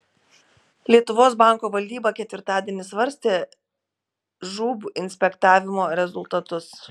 lietuvos banko valdyba ketvirtadienį svarstė žūb inspektavimo rezultatus